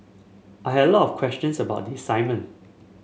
I had a lot of questions about the assignment